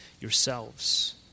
yourselves